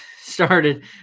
started